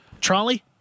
trolley